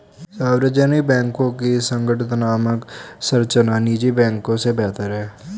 सार्वजनिक बैंकों की संगठनात्मक संरचना निजी बैंकों से बेहतर है